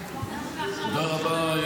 תודה רבה,